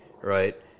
right